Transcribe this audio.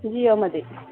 ജിയൊ മതി